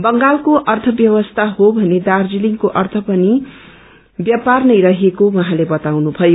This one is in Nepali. बंगालको अर्थ व्यापार हो भने दार्जीलिङको अर्य पनि व्यापार नै रहेको उहाँले बताउनुभयो